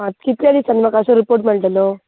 कितलें दिसानीं म्हाका तो रिपोर्ट मेळटलो